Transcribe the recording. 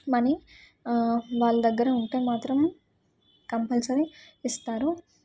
money వాళ్ళ దగ్గర ఉంటే మాత్రం కంపల్సరీ ఇస్తారు